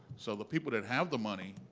so the people that have the money,